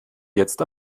jetzt